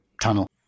tunnel